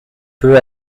peu